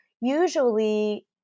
usually